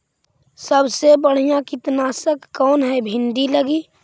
सबसे बढ़िया कित्नासक कौन है भिन्डी लगी?